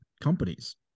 companies